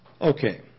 Okay